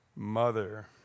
mother